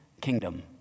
kingdom